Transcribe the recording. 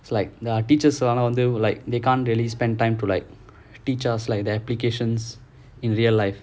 it's like there are teachers around them like they can't really spend time to like teach us like the applications in real life